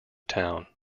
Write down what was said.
town